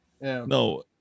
No